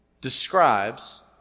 describes